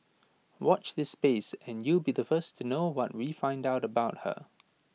watch this space and you'll be the first to know what we find out about her